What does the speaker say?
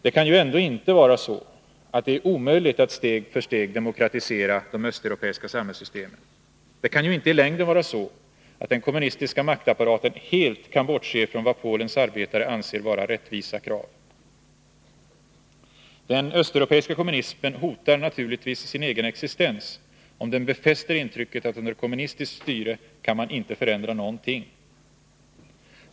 Det kan ju ändå inte vara så, att det är omöjligt att steg för steg demokratisera de östeuropeiska samhällssystemen. Det kan ju inte i längden vara så, att den kommunistiska maktapparaten helt kan bortse från vad Polens arbetare anser vara rättvisa krav. Den östeuropeiska kommunismen hotar naturligtvis sin egen existens, om den befäster intrycket att under kommunistiskt styre kan man inte förändra någonting.